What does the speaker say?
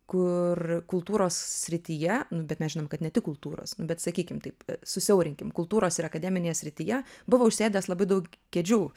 kur kultūros srityje nu bet mes žinom kad ne tik kultūros nu bet sakykim taip susiaurinkim kultūros ir akademinėje srityje buvo užsėdęs labai daug kėdžių